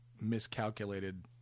miscalculated